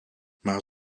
maar